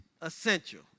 essential